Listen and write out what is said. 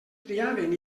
triaven